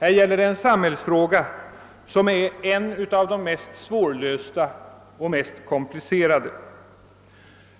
Denna samhällsfråga är en av de mest svårlösta och mest komplicerade